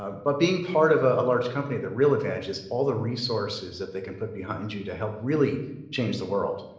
but being part of a large company, the real advantage is all the resources that they can put behind you to help really change the world.